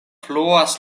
fluas